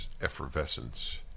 effervescence